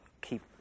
keep